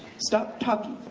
stop talking.